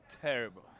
terrible